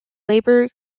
labor